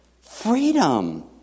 Freedom